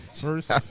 First